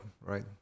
right